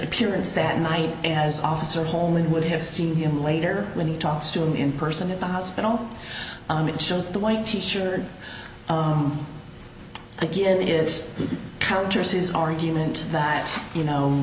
appearance that night as officer hall and would have seen him later when he talks to him in person at the hospital and it shows the white t shirt again this counters his argument that you know